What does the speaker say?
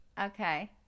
Okay